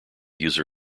user